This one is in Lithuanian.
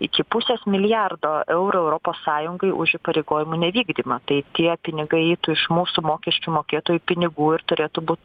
iki pusės milijardo eurų europos sąjungai už įpareigojimų nevykdymą tai tie pinigai eitų iš mūsų mokesčių mokėtojų pinigų ir turėtų būt